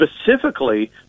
specifically